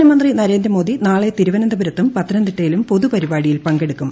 പ്രധാനമന്ത്രി നരേന്ദ്ര മോദി നാളെ തിരുവനന്തപുരത്തും പത്തനംതിട്ടയിലും പൊതുപരിപാടിയിൽ പങ്കെടുക്കും